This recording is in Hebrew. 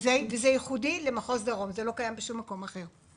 זה ייחודי למחוז דרום, זה לא קיים בשום מקום אחר.